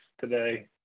today